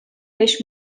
beş